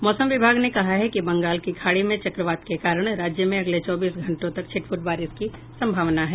मौसम विभाग ने कहा है कि बंगाल की खाड़ी में चक्रवात के कारण राज्य में अगले चौबीस घंटों तक छिटपुट बारिश की संभावना है